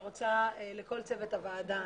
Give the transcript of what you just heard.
לכל צוות הוועדה,